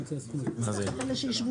שצריך להגיד